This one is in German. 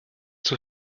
zur